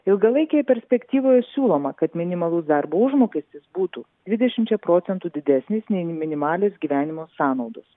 ilgalaikėje perspektyvoje siūloma kad minimalus darbo užmokestis būtų dvidešimčia procentų didesnis nei minimalios gyvenimo sąnaudos